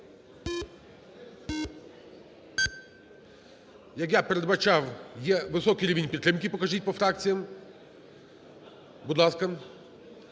Як я передбачав, є високий рівень підтримки. Покажіть по фракціям, будь ласка.